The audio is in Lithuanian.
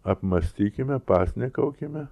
apmąstykime pasninkaukime